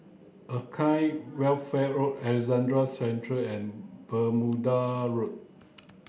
Acacia Welfare Alexandra Central and Bermuda Road